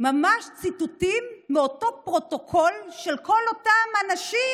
ממש ציטוטים מאותו פרוטוקול של כל אותם אנשים